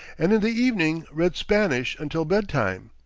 and in the evening read spanish until bed-time.